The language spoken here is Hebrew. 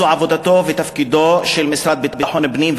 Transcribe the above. זו עבודתו וזה תפקידו של המשרד לביטחון פנים,